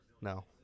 No